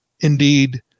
indeed